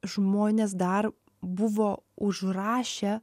žmonės dar buvo užrašę